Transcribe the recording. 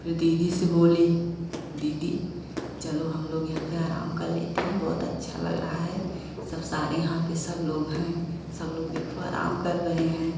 फिर दीदी से बोली दीदी चलो हम लोग यहाँ पे आराम कर लेते हैं बहुत अच्छा लग रहा है सब सारे यहाँ पे सब लोग हैं सब लोग देखो आराम कर रहे हैं